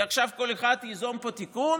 כי עכשיו כל אחד ייזום פה תיקון,